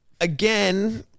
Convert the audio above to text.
again